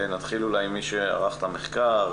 נתחיל עם מי שערך את המחקר,